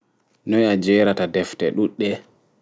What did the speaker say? Noi a jerata ɗefte ɗuɗɗe